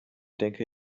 denke